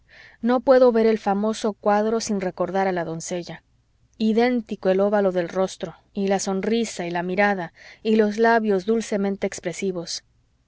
no puedo ver el famoso cuadro sin recordar a la doncella idéntico el óvalo del rostro y la sonrisa y la mirada y los labios dulcemente expresivos